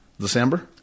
December